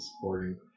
supporting